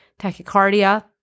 tachycardia